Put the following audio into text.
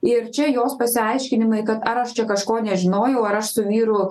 ir čia jos pasiaiškinimai kad aš čia kažko nežinojau ar aš su vyru